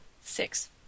Six